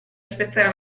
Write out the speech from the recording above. aspettare